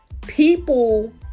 people